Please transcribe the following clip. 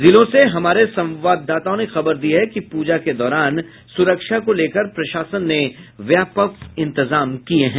जिलों से हमारे संवाददाताओं ने खबर दी है कि पूजा के दौरान सुरक्षा को लेकर प्रशासन ने व्यापक इंतजाम किये हैं